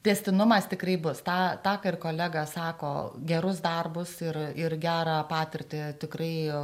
tęstinumas tikrai bus tą tą ką ir kolega sako gerus darbus ir ir gerą patirtį tikrai